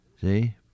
See